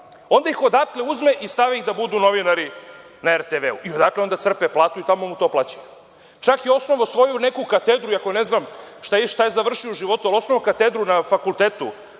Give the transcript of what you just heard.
onda ih odatle uzme i stavi ih da budu novinari na RTV. Odatle onda crpe platu i tamo mu to plaćaju. Čak je i osnovao svoju neku katedru, iako ne znam šta je završio u životu, ali je osnovao katedru na fakultetu